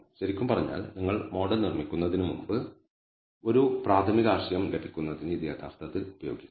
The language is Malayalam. ശരിക്കും പറഞ്ഞാൽ നിങ്ങൾ മോഡൽ നിർമ്മിക്കുന്നതിന് മുമ്പ് ഒരു പ്രാഥമിക ആശയം ലഭിക്കുന്നതിന് ഇത് യഥാർത്ഥത്തിൽ ഉപയോഗിക്കാം